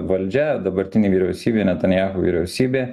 valdžia dabartinė vyriausybė netanyahu vyriausybė